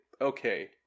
okay